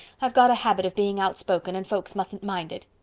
i've got a habit of being outspoken and folks mustn't mind it.